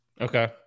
okay